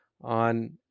on